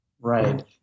Right